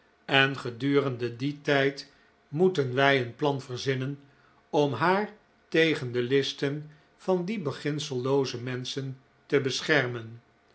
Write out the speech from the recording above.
en gedurende dien tijd moeten wij een plan verzinnen om haar tegen de listen van die beginsellooze menschen te beschermen